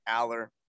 Aller